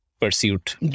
pursuit